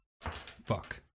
Fuck